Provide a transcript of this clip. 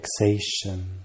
relaxation